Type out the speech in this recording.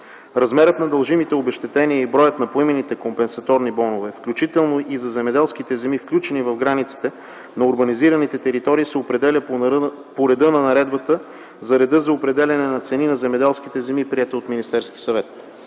Размерът на дължимите обезщетения и броят на поименните компенсаторни бонове, включително и за земеделските земи, включени в границите на урбанизираните територии, се определя по реда на Наредбата за реда за определяне на цени на земеделските земи, приет от Министерския съвет.